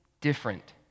different